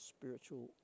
spiritual